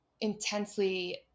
intensely